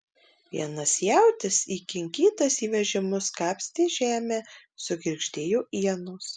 vienas jautis įkinkytas į vežimus kapstė žemę sugirgždėjo ienos